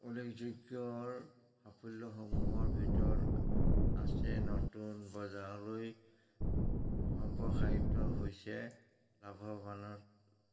উল্লেখযোগ্যৰ সাফল্যসমূহৰ ভিতৰত আছে নতুন বজাৰলৈ সম্প্ৰসাৰিত হৈছে লাভৱান